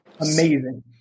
amazing